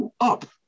up